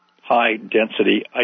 high-density